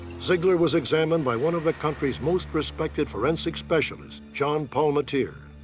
zeigler was examined by one of the country's most respected forensic specialists, john paul matir.